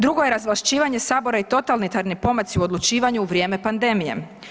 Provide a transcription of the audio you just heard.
Drugo je razvlašćivanje sabora i totalitarni pomaci u odlučivanju u vrijeme pandemije.